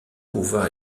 pouvoir